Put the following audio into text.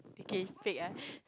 okay fake ah